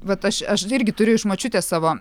vat aš aš irgi turiu iš močiutės savo